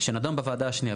שנדון בוועדה השנייה.